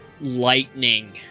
lightning